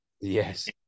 Yes